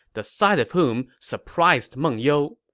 the sight of whom surprised meng you.